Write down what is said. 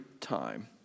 time